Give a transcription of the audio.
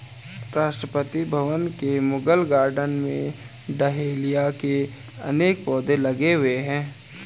राष्ट्रपति भवन के मुगल गार्डन में डहेलिया के अनेक पौधे लगे हुए हैं